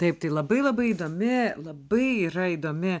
taip tai labai labai įdomi labai yra įdomi